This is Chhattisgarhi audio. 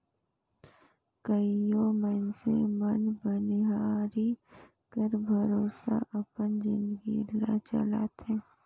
कइयो मइनसे मन बनिहारी कर भरोसा अपन जिनगी ल चलाथें